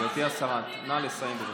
גברתי השרה, נא לסיים.